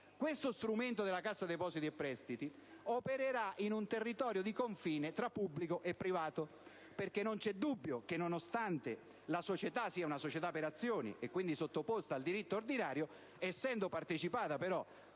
Detto strumento della Cassa depositi e prestiti opererà in un territorio di confine tra pubblico e privato. Non vi è dubbio infatti che, nonostante la società sia per azioni e quindi sottoposta al diritto ordinario, essendo però partecipata